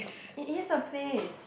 it is a place